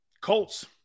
Colts